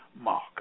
mark